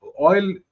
oil